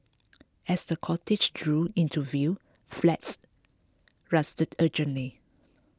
as the cortege drew into view flags rustled urgently